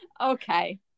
Okay